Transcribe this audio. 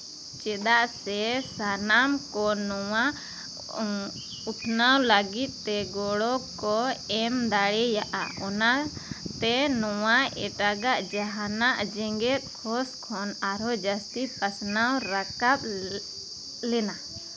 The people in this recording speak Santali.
ᱪᱮᱫᱟᱜ ᱥᱮ ᱥᱟᱱᱟᱢ ᱠᱚ ᱱᱚᱣᱟ ᱩᱛᱱᱟᱹᱣ ᱞᱟᱹᱜᱤᱫ ᱛᱮ ᱜᱚᱲᱚ ᱠᱚ ᱮᱢ ᱫᱟᱲᱮᱭᱟᱜᱼᱟ ᱚᱱᱟᱛᱮ ᱱᱚᱣᱟ ᱮᱴᱟᱜᱟᱜ ᱡᱟᱦᱟᱱᱟᱜ ᱡᱮᱜᱮᱫ ᱦᱳᱥ ᱠᱷᱚᱱ ᱟᱨᱦᱚᱸ ᱡᱟᱹᱥᱛᱤ ᱯᱟᱥᱱᱟᱣ ᱨᱟᱠᱟᱵ ᱞᱮᱱᱟ